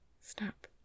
Stop